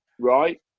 right